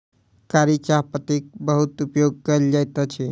कारी चाह पत्तीक बहुत उपयोग कयल जाइत अछि